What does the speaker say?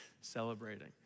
celebrating